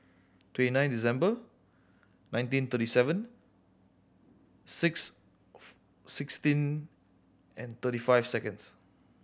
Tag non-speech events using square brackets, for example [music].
twenty nine December nineteen thirty seven six [unintelligible] sixteen and thirty five seconds